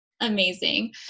amazing